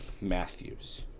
Matthews